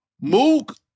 Mook